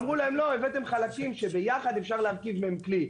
אמרו להם: הבאתם חלקים שביחד אפשר להרכיב מהם כלי,